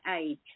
age